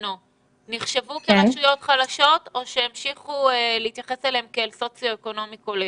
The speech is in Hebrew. נחשבו כרשויות חלשות או שהמשיכו להתייחס אליהן כאל סוציו אקונומי כולל?